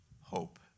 hope